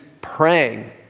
praying